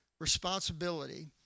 responsibility